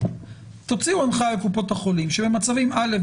תוציאו הנחייה לקופות החולים שמצבים א,